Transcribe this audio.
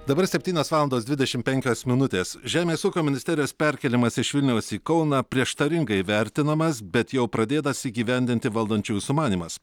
dabar septynios valandos dvidešimt penkios minutės žemės ūkio ministerijos perkėlimas iš vilniaus į kauną prieštaringai vertinamas bet jau pradėtas įgyvendinti valdančiųjų sumanymas